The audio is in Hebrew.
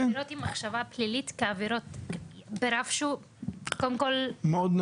אני לא יודעת אם מחשבה פלילית כעבירות ברף --- רף מאוד נמוך.